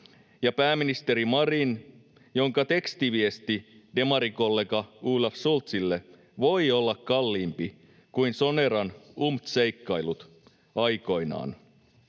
Ja pääministeri Marin, jonka tekstiviesti demarikollega Olaf Scholzille voi olla kalliimpi kuin Soneran umts-seikkailut aikoinaan.